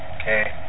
Okay